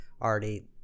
already